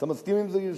אתה מסכים עם זה?